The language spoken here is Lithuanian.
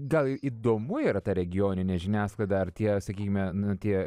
gal įdomu yra ta regioninė žiniasklaida ar tie sakykime na tie